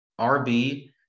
RB